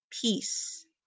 peace